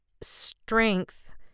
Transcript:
strength